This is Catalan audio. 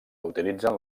utilitzen